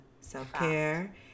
self-care